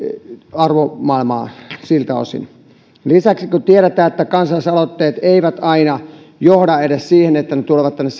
arvomaailmaa lisäksi tiedetään että kansalaisaloitteetkaan eivät aina johda edes siihen että ne tulevat tänne